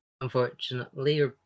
unfortunately